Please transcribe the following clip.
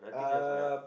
um